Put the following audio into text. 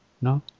No